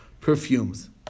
perfumes